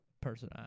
person